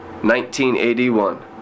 1981